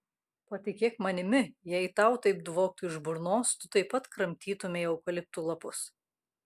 patikėk manimi jei tau taip dvoktų iš burnos tu taip pat kramtytumei eukaliptų lapus